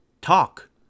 Talk